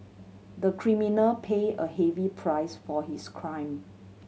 the criminal pay a heavy price for his crime